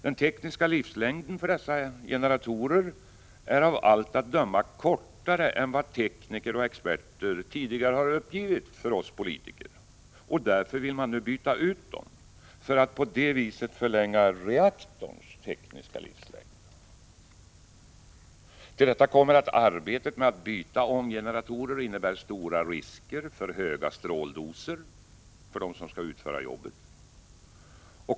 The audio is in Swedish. Den tekniska livslängden för dessa generatorer är av allt att döma kortare än vad tekniker och experter tidigare har uppgivit för oss politiker, och därför vill man nu byta ut generatorerna, för att på det viset förlänga reaktorns tekniska livslängd. Till detta kommer att arbetet med att byta ånggeneratorer innebär stora risker för höga stråldoser för dem som skall utföra jobbet.